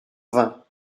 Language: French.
vingt